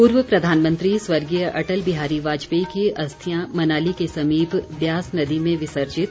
पूर्व प्रधानमंत्री स्वर्गीय अटल बिहारी वाजपेयी की अस्थियां मनाली के समीप ब्यास नदी में विसर्जित